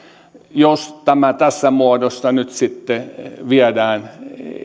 jos tämä tässä muodossa nyt sitten viedään